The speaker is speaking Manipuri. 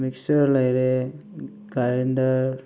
ꯃꯤꯛꯆꯔ ꯂꯩꯔꯦ ꯒ꯭ꯔꯥꯏꯟꯗꯔ